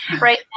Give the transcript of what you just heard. right